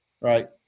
Right